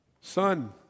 Son